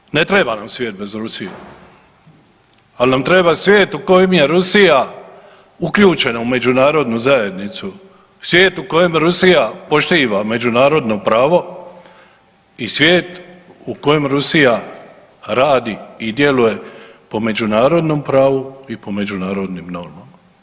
Dakle, ne treba nam svijet bez Rusije, ali nam treba svijet u kojem je Rusija uključena u međunarodnu zajednicu, svije u kojem Rusija poštiva međunarodno pravo i svijet u kojem Rusija radi i djeluje po međunarodnom pravu i po međunarodnim normama.